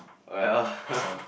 well